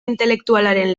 intelektualaren